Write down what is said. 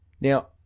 Now